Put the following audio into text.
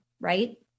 right